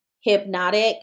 hypnotic